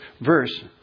verse